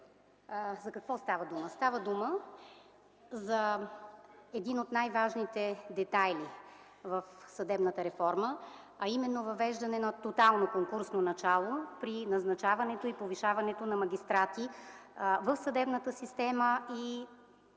За какво става дума? Става дума за един от най-важните детайли в съдебната реформа, а именно въвеждане на тотално конкурсно начало при назначаването и повишаването на магистрати в съдебната система и